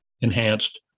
enhanced